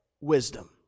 wisdom